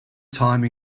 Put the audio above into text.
time